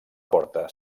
porta